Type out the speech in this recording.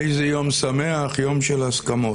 איזה יום שמח, יום של הסכמות.